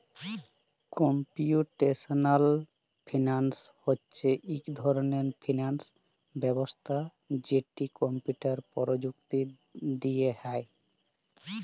computational finance হছে ইক ধরলের ফিল্যাল্স ব্যবস্থা যেট কম্পিউটার পরযুক্তি দিঁয়ে হ্যয়